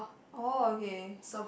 oh okay